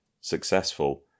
successful